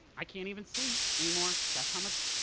i can't even see anymore. that's how much